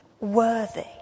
worthy